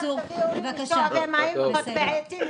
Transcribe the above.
תביאו לי שואבי מים וחוטבי עצים,